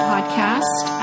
podcast